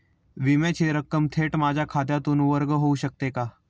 विम्याची रक्कम थेट माझ्या खात्यातून वर्ग होऊ शकते का?